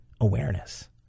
awareness